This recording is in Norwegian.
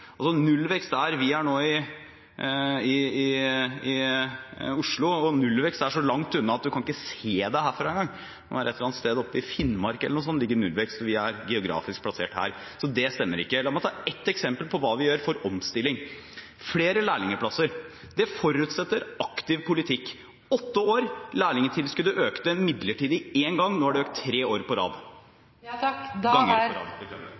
Vi er nå i Oslo, og nullvekst er så langt unna at du kan ikke se det herfra engang. Det må være et eller annet sted oppi Finnmark eller noe sånt det ligger nullvekst, og vi er geografisk plassert her. Så det stemmer ikke. La meg ta ett eksempel på hva vi gjør for omstilling: flere lærlingplasser. Det forutsetter aktiv politikk. På åtte år økte lærlingtilskuddet midlertidig én gang. Nå har det økt tre ganger på rad.